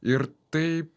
ir tai